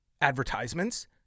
advertisements